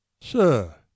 Sir